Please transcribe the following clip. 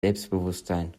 selbstbewusstsein